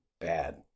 bad